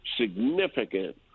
significant